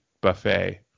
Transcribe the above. buffet